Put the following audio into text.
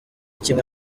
kimwe